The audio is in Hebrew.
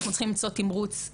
אנחנו צריכים למצוא תמרוץ עבורם.